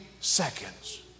seconds